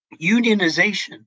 unionization